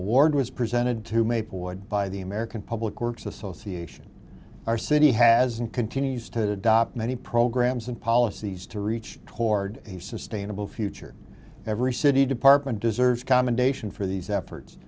award was presented to maplewood by the american public works association our city has and continues to adopt many programs and policies to reach toward a sustainable future every city department deserves commendation for these efforts